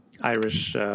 Irish